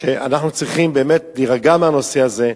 שאנחנו צריכים להירגע מהנושא הזה.